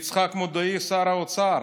יצחק מודעי שר האוצר,